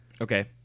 Okay